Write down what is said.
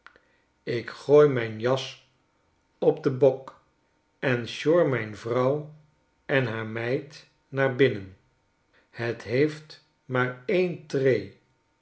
ik gooi mijn jas op den bok en sjor mijn vrouw en haar meid naar binnen het heeft maar een tree